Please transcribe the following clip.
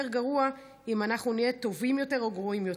גרוע אם אנחנו נהיה טובים יותר או גרועים יותר.